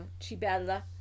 Chibella